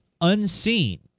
unseen